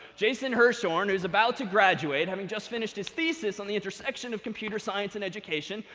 jason hirschhorn, who's about to graduate, having just finished his thesis on the intersection of computer science and education.